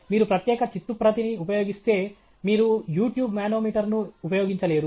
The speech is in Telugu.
మీరు ప్రత్యేక చిత్తుప్రతిని ఉపయోగిస్తే మీరు U ట్యూబ్ మానోమీటర్ ను ఉపయోగించలేరు